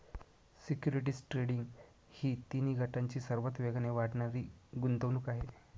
securities trading ही तिन्ही गटांची सर्वात वेगाने वाढणारी गुंतवणूक आहे